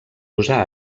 usar